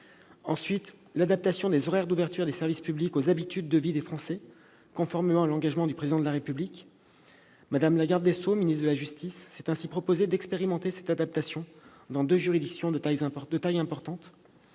Ensuite, l'adaptation des horaires d'ouverture des services publics aux habitudes de vie des Français, conformément à l'engagement du Président de la République. Mme la garde des sceaux, ministre de la justice, s'est ainsi proposé d'expérimenter cette adaptation dans deux juridictions de taille importante.